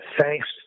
thanks